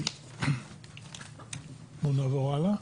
כאמור,